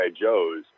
Joes